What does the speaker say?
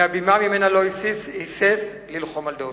מן הבימה שממנה לא היסס ללחום על דעותיו,